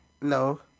No